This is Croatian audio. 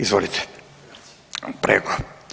Izvolite, prego.